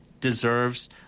deserves